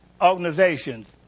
organizations